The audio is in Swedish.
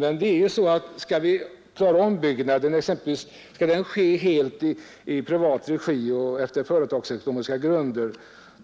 Jag menar att om alla ombyggnader skall göras helt i privat regi och på företagsekonomiska grunder,